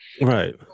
right